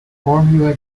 formula